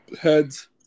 Heads